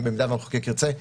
אם המחוקק ירצה,